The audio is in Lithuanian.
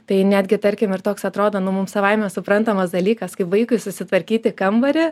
tai netgi tarkim ir toks atrodo nu mum savaime suprantamas dalykas kaip vaikui susitvarkyti kambarį